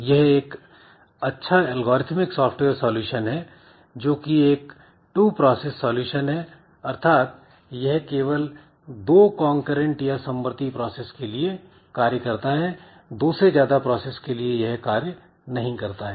यह एक अच्छा एल्गोरिथमिक सॉफ्टवेयर सॉल्यूशन है जोकि एक टू प्रोसेस सॉल्यूशन है अर्थात यह केवल दो कॉन्करेंट या समवर्ती प्रोसेस के लिए कार्य करता है दो से ज्यादा प्रोसेस के लिए यह कार्य नहीं करता है